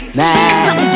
mad